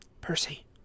percy